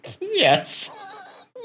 Yes